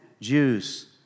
Jews